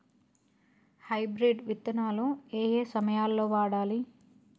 Hybrid విత్తనాలు ఏయే సమయాల్లో వాడాలి?